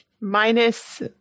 minus